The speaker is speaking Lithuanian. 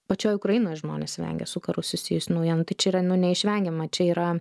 pačioj ukrainoj žmonės vengia su karu susijusių naujienų tai čia yra nu neišvengiama čia yra